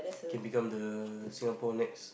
can become the Singapore next